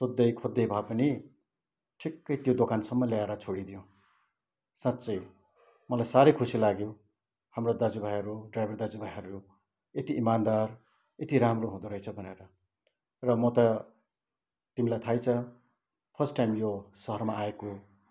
सोद्धै खोज्धै भए पनि ठिक्कै त्यो दोकानसम्म ल्याएर छोडिदियो साँच्चै मलाई साह्रै खुसी लाग्यो हाम्रो दाजुभाइहरू ड्राइभर दाजुभाइहरू यति इमान्दार यति राम्रो हुँदो रहेछ भनेर र म त तिमीलाई थाहै छ फर्स्ट टाइम यो सहरमा आएको